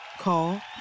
Call